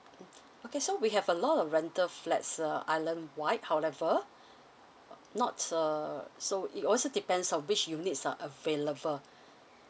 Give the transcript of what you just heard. okay so we have a lot of rental flats uh island wide however not uh so it also depends on which units are available